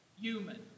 human